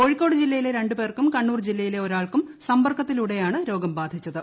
കോഴിക്കോട് ജില്ലയിലെ ര്ണ്ടുപേർക്കും കണ്ണൂർ ജില്ലയിലെ ഒരാൾക്കും സമ്പർക്കത്തിലൂടെയാണ് രോഗം ബാധിച്ചത്